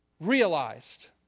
realized